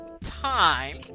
Time